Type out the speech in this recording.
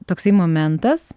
toksai momentas